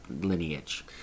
lineage